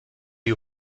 die